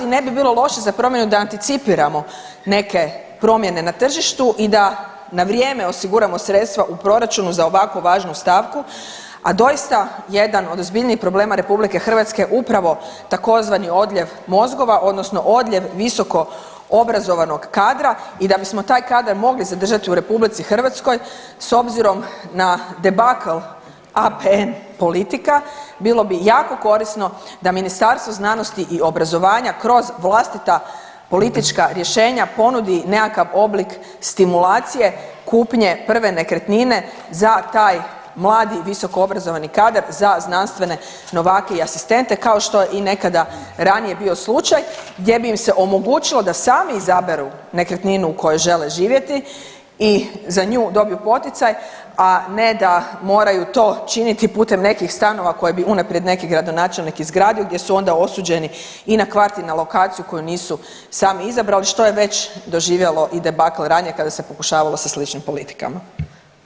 Ne bi bilo loše za promjenu da anticipiramo neke promjene na tržištu i da na vrijeme osiguramo sredstva u proračunu za ovako važnu stavku, a doista jedan od ozbiljnijih problema RH je upravo tzv. odljev mozgova odnosno odljev visoko obrazovanog kadra i da bismo taj kadar mogli zadržati u RH s obzirom na debakl APN politika bilo bi jako korisno da Ministarstvo znanosti i obrazovanja kroz vlastita politička rješenja ponudi nekakav oblik stimulacije kupnje prve nekretnine za taj mladi visokoobrazovani kadar, za znanstvene novake i asistente, kao što je i nekada ranije bio slučaj gdje bi im se omogućilo da sami izaberu nekretninu u kojoj žele živjeti i za nju dobe poticaj, a ne da moraju to činiti putem nekih stanova koje bi unaprijed neki gradonačelnik izgradio gdje su onda osuđeni i na kvart i na lokaciju koju nisu sami izabrali, što je već doživjelo i debakl ranije kada se pokušavalo sa sličnim politikama.